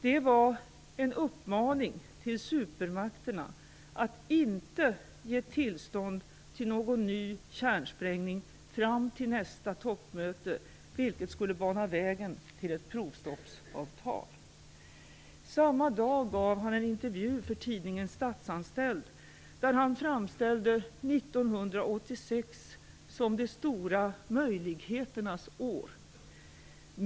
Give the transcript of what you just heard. Det var en uppmaning till supermakterna att inte ge tillstånd till någon ny kärnsprängning fram till nästa toppmöte, vilket skulle bana vägen till ett provstoppsavtal. Samma dag gav han en intervju för tidningen Statsanställd där han framställde 1986 som de stora möjligheternas år.